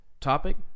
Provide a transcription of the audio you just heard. Topic